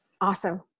Awesome